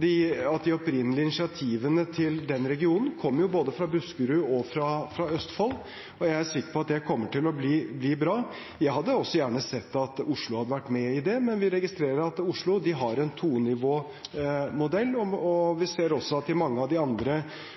de opprinnelige initiativene til den regionen kom fra både Buskerud og Østfold. Jeg er sikker på at det kommer til å bli bra. Jeg hadde også gjerne sett at Oslo hadde vært med i det, men vi registrerer at Oslo har en tonivåmodell, og vi ser også at det i mange av de andre